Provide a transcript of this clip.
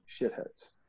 shitheads